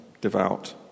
devout